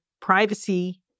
privacy